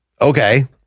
Okay